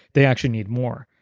they actually need more.